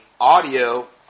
audio